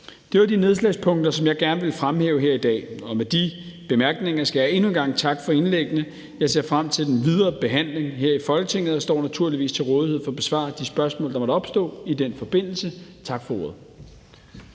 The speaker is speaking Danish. Det var de nedslagspunkter, som jeg gerne ville fremhæve her i dag, og med de bemærkninger skal jeg endnu en gang takke for indlæggene. Jeg ser frem til den videre behandling her i Folketinget og står naturligvis til rådighed for at besvare de spørgsmål, der måtte opstå i den forbindelse. Tak for ordet.